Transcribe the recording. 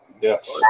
Yes